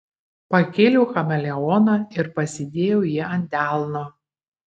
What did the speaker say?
pakėliau chameleoną ir pasidėjau jį ant delno